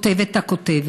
כותבת הכותבת,